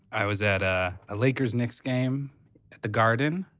i was at ah a lakers knicks game at the garden.